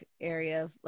Area